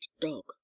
dog